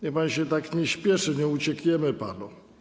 Niech pan się tak nie spieszy, nie uciekniemy panu.